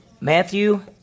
Matthew